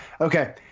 Okay